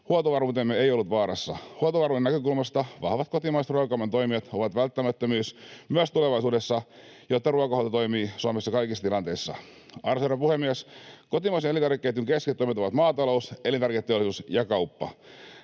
Huoltovarmuutemme ei ollut vaarassa. Huoltovarmuuden näkökulmasta vahvat kotimaiset ruokakaupan toimijat ovat välttämättömyys myös tulevaisuudessa, jotta ruokahuolto toimii Suomessa kaikissa tilanteissa. Arvoisa herra puhemies! Kotimaisen elintarvikeketjun keskittymät ovat maatalous, elintarviketeollisuus ja kauppa.